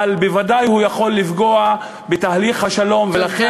אבל בוודאי הוא יכול לפגוע בתהליך השלום תודה,